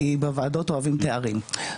כי בוועדות אוהבים תארים,